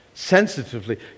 sensitively